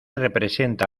representa